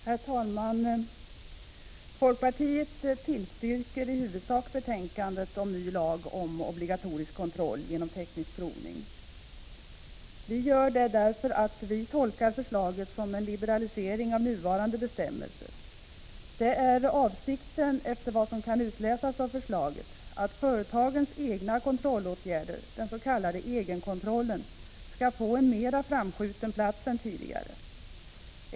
Herr talman! Folkpartiet tillstyrker i huvudsak betänkandet om ny lag om obligatorisk kontroll genom teknisk provning. Vi gör det därför att vi tolkar förslaget som en liberalisering av nuvarande bestämmelser. Det är avsikten — efter vad som kan utläsas av förslaget — att företagens egna kontrollåtgärder, den s.k. egenkontrollen, skall få en mera framskjuten plats än tidigare.